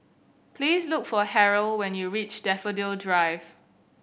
please look for Harrell when you reach Daffodil Drive